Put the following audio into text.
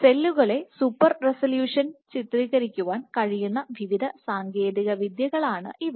സെല്ലുകളെ സൂപ്പർ റെസല്യൂഷനിൽ ചിത്രീകരിക്കുവാൻ കഴിയുന്ന വിവിധ സാങ്കേതിക വിദ്യകളാണ് ഇവ